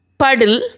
puddle